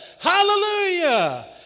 Hallelujah